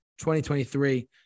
2023